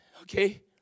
Okay